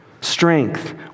Strength